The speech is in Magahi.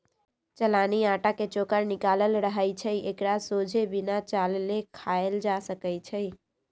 चलानि अटा के चोकर निकालल रहै छइ एकरा सोझे बिना चालले खायल जा सकै छइ